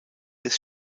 des